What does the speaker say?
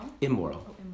Immoral